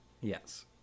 Yes